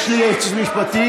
יש לי ייעוץ משפטי.